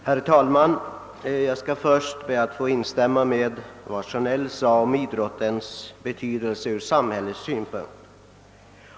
Herr talman! Först ber jag att få instämma i vad herr Sjönell sade om idrottens betydelse ur samhällets synpunkt.